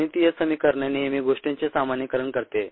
गणितीय समीकरणे नेहमी गोष्टींचे सामान्यीकरण करते